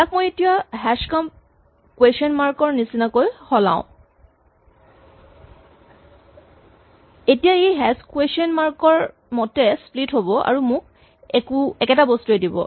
ইয়াক মই যদি এতিয়া হ্যেচ কম্প কুৱেচন মাৰ্ক ৰ নিচিনালৈ সলাও এতিয়া ই হ্যেচ কুৱেচন মাৰ্ক ৰ মতে স্প্লিট হ'ব আৰু মোক একেটা বস্তুৱেই দিব